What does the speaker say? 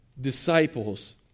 disciples